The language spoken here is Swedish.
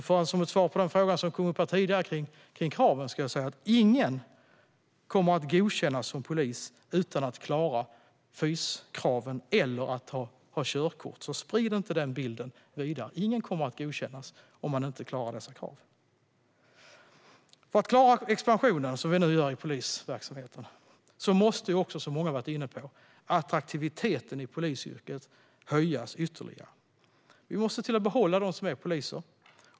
För att svara på den fråga om krav som kom upp här tidigare vill jag säga: Ingen kommer att godkännas som polis utan att klara fyskraven eller utan att ha körkort. Så sprid inte den bilden vidare! Ingen kommer att godkännas utan att klara kraven. För att klara den expansion som vi nu gör i polisverksamheten måste, som många har varit inne på, attraktiviteten i polisyrket höjas ytterligare. Vi måste se till att behålla dem som är poliser.